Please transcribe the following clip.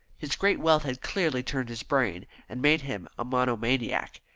his great wealth had clearly turned his brain, and made him a monomaniac.